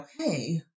okay